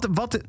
wat